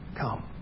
come